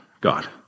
God